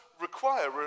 require